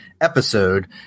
episode